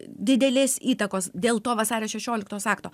didelės įtakos dėl to vasario šešioliktos akto